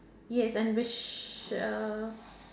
yes and wish uh